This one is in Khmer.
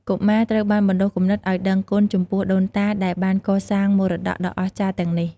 កុមារត្រូវបានបណ្ដុះគំនិតឲ្យដឹងគុណចំពោះដូនតាដែលបានកសាងមរតកដ៏អស្ចារ្យទាំងនេះ។